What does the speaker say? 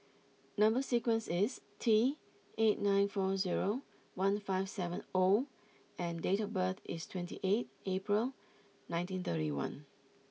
number sequence is Teight eight nine four zero one five seven O and date of birth is twenty eight April nineteen thirty one